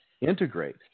integrate